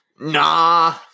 Nah